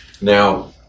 Now